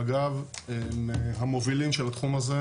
מג"ב הם המובילים של התחום הזה,